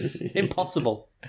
impossible